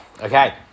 Okay